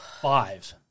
Five